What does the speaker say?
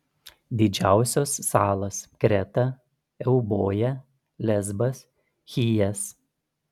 didžiausios salos kreta euboja lesbas chijas